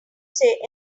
say